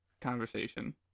conversation